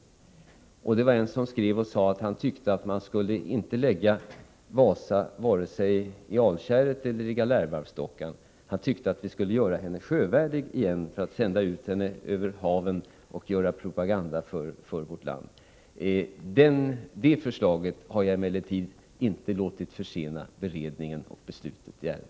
Det kom från en person som skrev att han tyckte att man inte skulle lägga Wasa vare sig i Alkärret eller i Galärvarvsdockan. Han tyckte att vi skulle göra henne sjövärdig igen och sända ut henne över haven för att göra propaganda för vårt land. Det förslaget har jag emellertid inte låtit försena beredningen av och beslutet i ärendet.